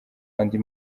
andi